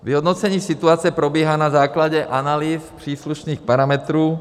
Vyhodnocení situace probíhá na základě analýz příslušných parametrů.